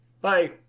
Bye